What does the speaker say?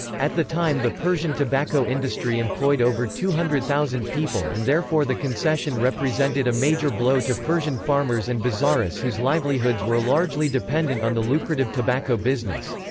at the time the persian tobacco industry employed over two hundred thousand people and therefore the concession represented a major blow to persian farmers and bazaaris whose livelihoods were largely dependent on the lucrative tobacco business.